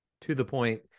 to-the-point